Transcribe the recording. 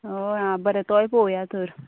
हय आं बरें तोय पोवया तर